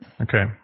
Okay